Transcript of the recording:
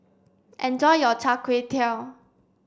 enjoy your Char Kway Teow